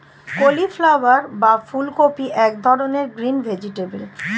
cauliflower বা ফুলকপি এক ধরনের গ্রিন ভেজিটেবল